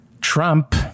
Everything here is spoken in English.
Trump